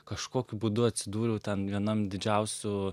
kažkokiu būdu atsidūriau ten vienam didžiausių